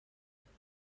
سیگار